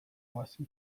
oasi